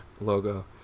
logo